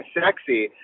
sexy